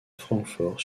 francfort